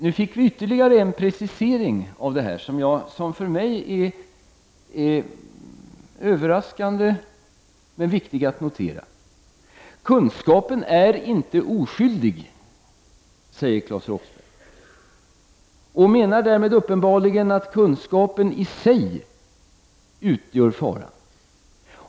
Nu fick vi ytterligare en precisering av detta som för mig är överraskande, men viktig att notera. Kunskapen är inte oskyldig, säger Claes Roxbergh. Han menar därmed uppenbarligen att kunskapen i sig utgör faran.